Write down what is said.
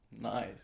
Nice